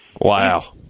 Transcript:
Wow